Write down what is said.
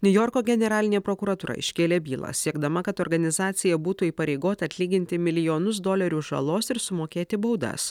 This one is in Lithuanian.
niujorko generalinė prokuratūra iškėlė bylą siekdama kad organizacija būtų įpareigota atlyginti milijonus dolerių žalos ir sumokėti baudas